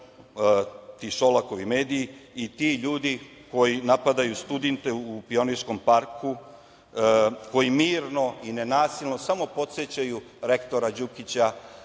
ovi Šolakovi mediji i ljudi koji napadaju studente u Pionirskom parku, koji mirno i nenasilno samo podsećaju rektora Đukića,